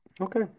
okay